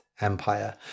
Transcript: empire